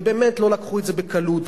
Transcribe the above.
ובאמת לא לקחו את זה בקלות,